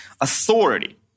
authority